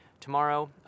tomorrow